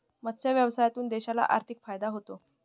मत्स्य व्यवसायातून देशाला आर्थिक फायदा होतो